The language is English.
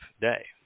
day